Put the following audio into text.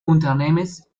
unternehmens